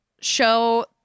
show